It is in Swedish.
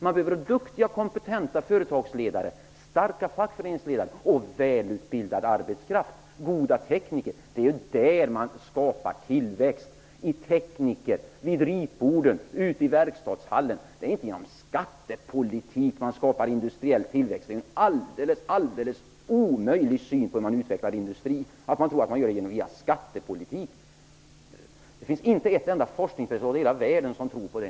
Man behöver duktiga och kompetenta företagsledare, starka fackföreningsledare, välutbildad arbetskraft, goda tekniker -- det är där man skapar tillväxt: vid ritborden, ute i verkstadshallen. Det är inte genom skattepolitik man skapar industriell tillväxt. Det är en alldeles omöjlig syn på hur man utvecklar industri. Det finns inte en enda forskare i hela världen som tror på det, och det finns ingen praktik som styrker det.